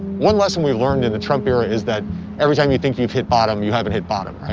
one lesson we learned in the trump era is that every time you think you have hit bottom, you haven't hit bottom. right.